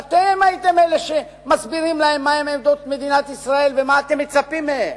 ואתם הייתם אלה שמסבירים להם מהן עמדות מדינת ישראל ומה אתם מצפים מהם.